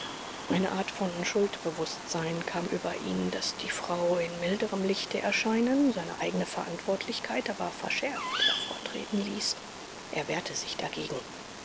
eine art von schuldbewußtsein kam über ihn das die frau in milderem lichte erscheinen seine eigene verantwortlichkeit aber verschärft hervortreten ließ er wehrte sich dagegen